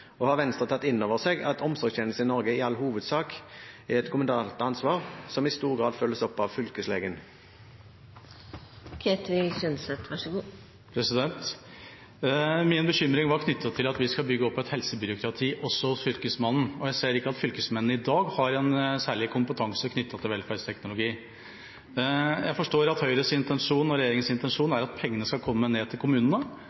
Og har Venstre tatt inn over seg at omsorgstjenestene i Norge i all hovedsak er et kommunalt ansvar, som i stor grad følges opp av fylkeslegen? Min bekymring var knyttet til at vi skal bygge opp et helsebyråkrati også hos Fylkesmannen, og jeg ser ikke at fylkesmennene i dag har en særlig kompetanse knyttet til velferdsteknologi. Jeg forstår at Høyres intensjon og regjeringas intensjon er at pengene skal komme ned til kommunene.